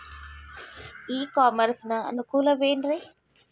E commerce ನ ಅನುಕೂಲವೇನ್ರೇ?